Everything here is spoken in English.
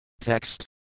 Text